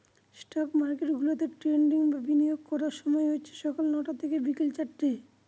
stock market গুলাতে trading বা বিনিয়োগ করার সময় হচ্ছে সকাল নটা থেকে বিকেল চারটে